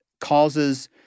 causes